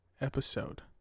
episode